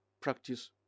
Practice